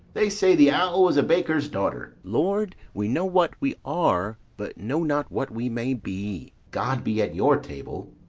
they say the owl was a baker's daughter. lord, we know what we are, but know not what we may be. god be at your table!